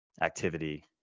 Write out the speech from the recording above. activity